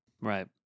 right